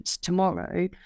tomorrow